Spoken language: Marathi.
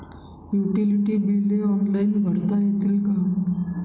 युटिलिटी बिले ऑनलाईन भरता येतील का?